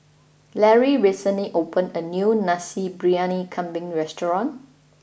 Larry recently opened a new Nasi Briyani Kambing restaurant